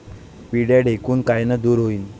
पिढ्या ढेकूण कायनं दूर होईन?